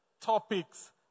topics